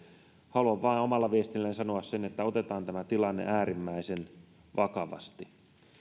haluan vain omalla viestilläni sanoa sen että otetaan tämä tilanne äärimmäisen vakavasti